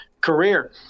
career